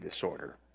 disorder